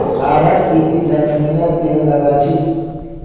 आभा की ती जैस्मिनेर तेल लगा छि